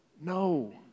No